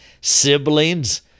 Siblings